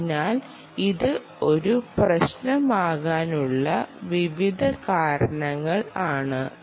അതിനാൽ ഇത് ഒരു പ്രശ്നമാകാനുള്ള വിവിധ കാരണങ്ങൾ ആണ്